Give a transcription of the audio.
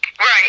Right